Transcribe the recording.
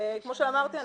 כמו שאמרתי,